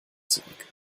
zurück